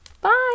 Bye